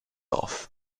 off